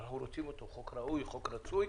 אנחנו רוצים אותו, הוא חוק רצוי, חוק ראוי,